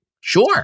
Sure